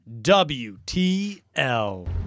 wtl